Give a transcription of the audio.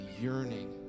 yearning